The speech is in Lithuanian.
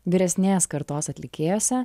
vyresnės kartos atlikėjuose